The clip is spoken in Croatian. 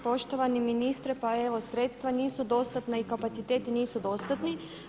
Poštovani ministre, pa evo sredstva nisu dostatna i kapaciteti nisu dostatni.